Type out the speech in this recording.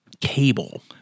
Cable